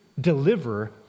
deliver